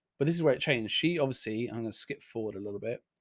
but this is where it changed. she obviously on a skip forward a little bit.